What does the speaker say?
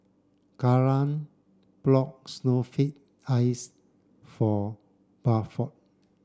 Karan bought snowflake ice for Buford